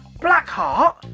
Blackheart